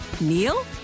Neil